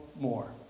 more